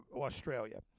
Australia